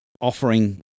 Offering